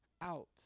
out